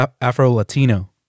Afro-Latino